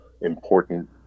important